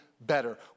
better